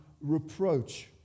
reproach